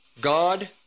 God